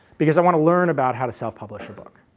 because i want to learn about how to self-publish a book.